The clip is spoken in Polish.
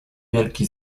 wielki